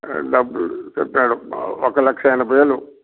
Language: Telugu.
అది డబ్బులు చెప్పాడు ఒక లక్ష ఎనభై వేలు